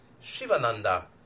Shivananda